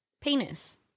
penis